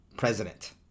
president